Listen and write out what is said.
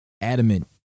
adamant